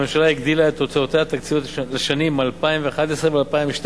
הממשלה הגדילה את הוצאותיה התקציביות לשנים 2011 ו-2012,